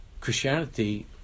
Christianity